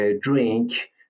drink